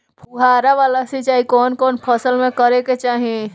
फुहारा वाला सिंचाई कवन कवन फसल में करके चाही?